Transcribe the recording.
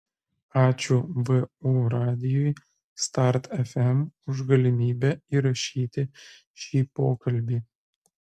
ačiū vu radijui start fm už galimybę įrašyti šį pokalbį